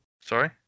Sorry